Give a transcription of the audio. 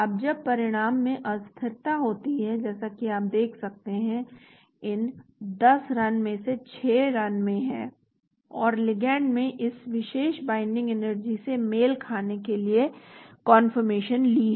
अब जब परिणाम में अस्थिरता होती है जैसा कि आप देख सकते हैं इन 10 रन में से 6 रन में हैं और लिगैंड ने इस विशेष बाइन्डिंग एनर्जी से मेल खाने के लिए यह कान्फर्मेशन ली है